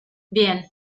bien